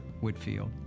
Whitfield